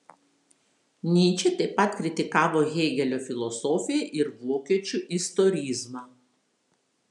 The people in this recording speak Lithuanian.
nyčė taip pat kritikavo hėgelio filosofiją ir vokiečių istorizmą